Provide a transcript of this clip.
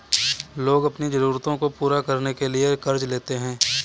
लोग अपनी ज़रूरतों को पूरा करने के लिए क़र्ज़ लेते है